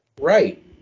Right